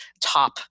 top